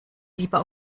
lieber